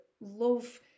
love